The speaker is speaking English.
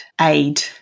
aid